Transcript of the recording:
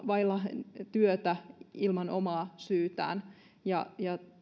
vailla työtä ilman omaa syytään ja